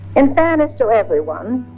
in fairness to everyone,